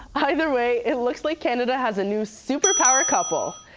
either way it looks like canada has a new super power couple.